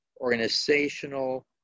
organizational